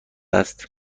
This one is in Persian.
است